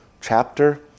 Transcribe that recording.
chapter